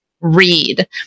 read